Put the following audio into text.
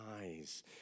eyes